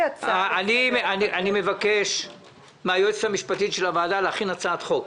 אני מבקש מן היועצת המשפטית לוועדה להכין הצעת חוק